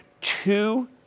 two